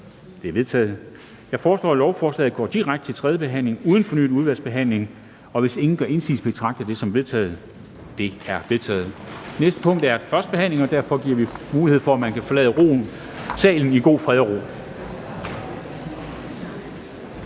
Det er vedtaget. Jeg foreslår, at lovforslaget går direkte til tredje behandling uden fornyet udvalgsbehandling. Hvis ingen gør indsigelse, betragter jeg dette som vedtaget. Det er vedtaget. Næste punkt er en førstebehandling, og derfor giver vi mulighed for, at man kan forlade salen i god fred og ro.